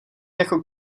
jako